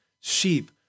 sheep